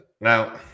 Now